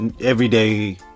everyday